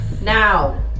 Now